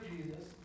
Jesus